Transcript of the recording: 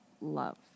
love